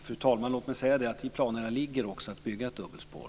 Fru talman! Låt mig säga att i planerna ligger också att bygga ett dubbelspår.